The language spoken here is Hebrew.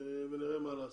ונראה מה לעשות.